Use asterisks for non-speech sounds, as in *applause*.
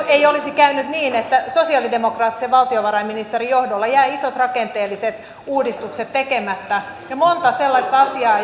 *unintelligible* ei olisi käynyt niin että sosialidemokraattisen valtiovarainministerin johdolla jäivät isot rakenteelliset uudistukset tekemättä ja monta sellaista asiaa *unintelligible*